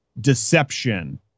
Deception